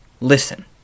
listen